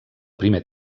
primer